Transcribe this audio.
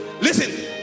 Listen